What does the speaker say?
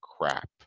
crap